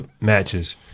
matches